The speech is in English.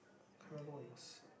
can't remember what it was